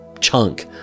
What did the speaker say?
chunk